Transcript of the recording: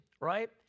right